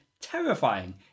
Terrifying